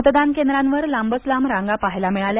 मतदान केंद्रांवर लांबच लांब रांगा पाहायला मिळाल्या